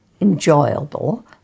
enjoyable